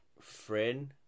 friend